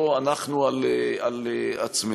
לא אנחנו על עצמנו.